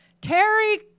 Terry